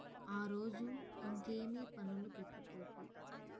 ఆ రోజు ఇంకేమీ పనులు పెట్టుకోకు